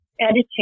editing